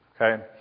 Okay